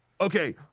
Okay